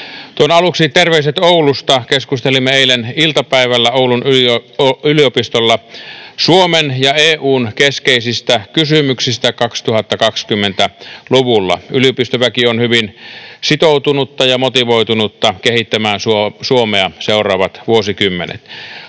Tuon aluksi terveiset Oulusta. Keskustelimme eilen iltapäivällä Oulun yliopistolla Suomen ja EU:n keskeisistä kysymyksistä 2020-luvulla. Yliopistoväki on hyvin sitoutunutta ja motivoitunutta kehittämään Suomea seuraavat vuosikymmenet.